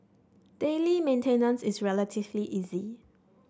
daily maintenance is relatively easy